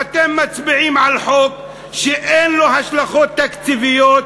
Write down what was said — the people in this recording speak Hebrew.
אתם מצביעים על חוק שאין לו השלכות תקציביות,